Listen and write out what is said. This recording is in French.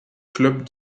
club